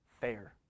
fair